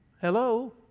Hello